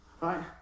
right